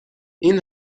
این